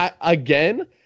Again